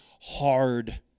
hard